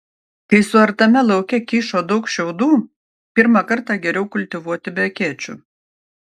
kai suartame lauke kyšo daug šiaudų pirmą kartą geriau kultivuoti be akėčių